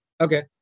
Okay